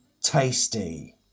tasty